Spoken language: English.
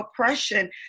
oppression